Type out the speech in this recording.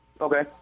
Okay